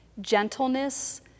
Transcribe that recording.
gentleness